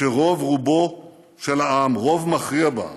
שרוב-רובו של העם, רוב מכריע בעם,